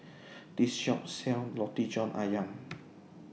This Shop sells Roti John Ayam